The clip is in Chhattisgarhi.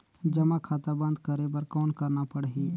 जमा खाता बंद करे बर कौन करना पड़ही?